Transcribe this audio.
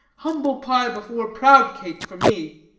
humble-pie before proud-cake for me.